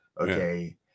okay